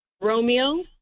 Romeo